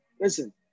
listen